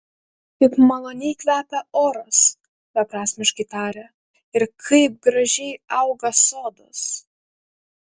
kaip maloniai kvepia oras beprasmiškai tarė ir kaip gražiai auga sodas